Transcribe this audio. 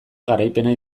garaipena